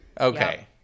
Okay